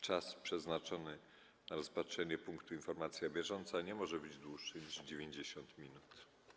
Czas przeznaczony na rozpatrzenie punktu: Informacja bieżąca nie może być dłuższy niż 90 minut.